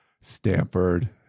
Stanford